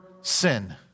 sin